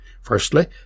Firstly